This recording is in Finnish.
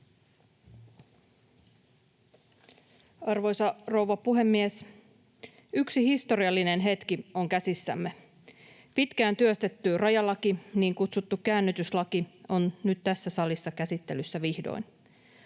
Arvoisa rouva puhemies! Yksi historiallinen hetki on käsissämme: pitkään työstetty rajalaki, niin kutsuttu käännytyslaki, on nyt tässä salissa käsittelyssä vihdoin